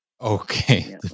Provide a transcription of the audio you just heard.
Okay